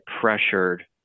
pressured